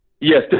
Yes